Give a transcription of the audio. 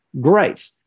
Great